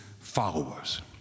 followers